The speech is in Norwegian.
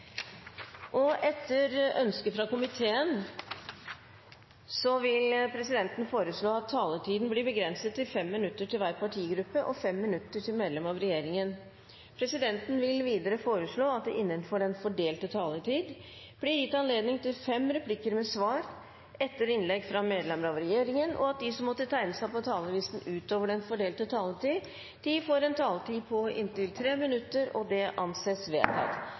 ordet. Etter ønske fra familie- og kulturkomiteen vil presidenten foreslå at taletiden blir begrenset til 5 minutter til hver partigruppe og 5 minutter til medlem av regjeringen. Presidenten vil videre foreslå at det blir gitt anledning til fem replikker med svar etter innlegg fra medlemmer av regjeringen innenfor den fordelte taletid, og at de som måtte tegne seg på talerlisten utover den fordelte taletid, får en taletid på inntil 3 minutter. – Det anses vedtatt.